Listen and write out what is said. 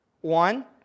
One